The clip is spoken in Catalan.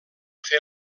fer